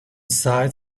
sight